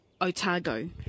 Otago